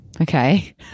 Okay